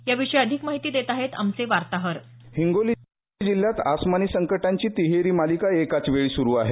या विषयी अधिक माहिती देत आहेत आमचे वार्ताहर हिंगोली जिल्ह्यात अस्मानी संकटांशी तिहेरी मालिका एकाच वेळी सुरू आहे